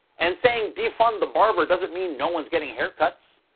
and saying defund the barber doesn't mean no one's getting haircuts.